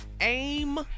AIM